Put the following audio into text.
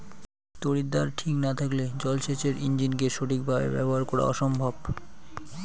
তড়িৎদ্বার ঠিক না থাকলে জল সেচের ইণ্জিনকে সঠিক ভাবে ব্যবহার করা অসম্ভব